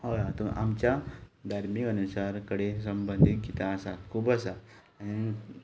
हय आमच्या धार्मीक अनुसार कडेन संबंदीत गितां आसा खूब आसा